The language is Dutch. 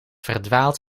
verdwaalt